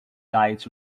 sites